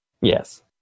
Yes